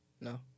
No